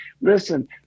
listen